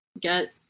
get